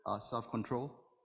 self-control